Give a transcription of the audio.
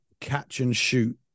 catch-and-shoot